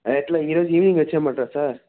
ఎట్లా ఈ రోజు ఈవినింగ్ వచ్చేయమంటారా సార్